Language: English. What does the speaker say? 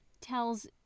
tells